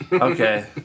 Okay